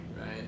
right